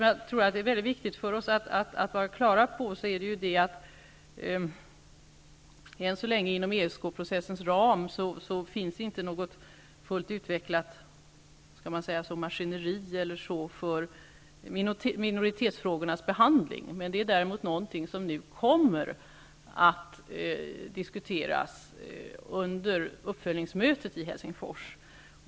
Jag tror att det är mycket viktigt att vi är på det klara med att det inom ESK-processens ram ännu inte finns något fullt utvecklat maskineri för minoritetsfrågornas behandling, men det är däremot något som kommer att diskuteras under uppföljningsmötet i Helsingfors.